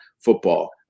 football